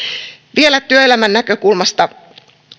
vielä työelämän näkökulmasta